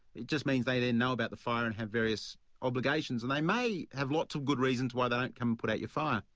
it just means they then know about the fire and have various obligations, and they may have lots of good reasons why they don't come and put out your fire.